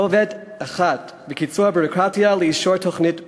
כתובת אחת וקיצור הביורוקרטיה לאישור תוכנית בשנים,